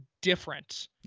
different